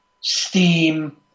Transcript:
steam